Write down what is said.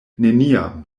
neniam